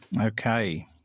Okay